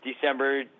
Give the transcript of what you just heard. December